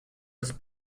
was